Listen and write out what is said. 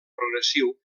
progressiu